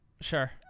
Sure